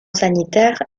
sanitaire